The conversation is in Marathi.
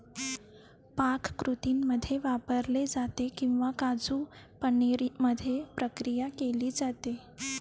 पाककृतींमध्ये वापरले जाते किंवा काजू पनीर मध्ये प्रक्रिया केली जाते